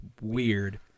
weird